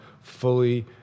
fully